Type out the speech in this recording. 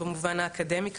במובן האקדמי,